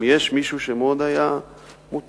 אם יש מישהו שמאוד היה מוטרד,